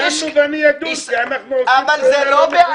דנו ואני אדון כי אנחנו עושים פעולה לא נכונה,